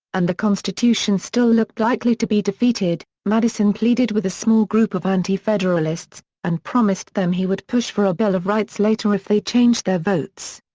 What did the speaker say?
and the constitution still looked likely to be defeated, madison pleaded with a small group of anti-federalists, and promised them he would push for a bill of rights later if they changed their votes.